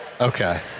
okay